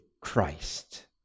Christ